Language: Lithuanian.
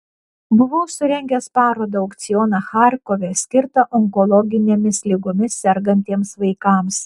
buvau surengęs parodą aukcioną charkove skirtą onkologinėmis ligomis sergantiems vaikams